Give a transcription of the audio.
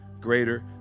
greater